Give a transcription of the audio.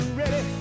ready